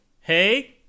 Hey